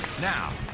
Now